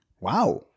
Wow